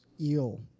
eel